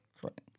correct